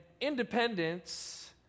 independence